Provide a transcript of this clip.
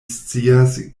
scias